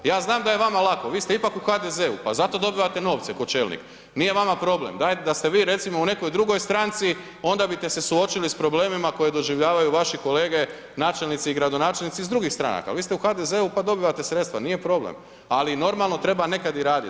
Ja znam da je vama lako, vi ste ipak u HDZ-u, pa zato dobivate novce ko čelnik, nije vama problem, dajte da ste vi recimo u nekoj drugoj stranci, onda bite se suočili s problemima koje doživljavaju vaši kolege načelnici i gradonačelnici iz drugih stranaka, vi ste u HDZ-u, pa dobivate sredstva, nije problem, ali normalno treba nekad i radit.